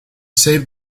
saved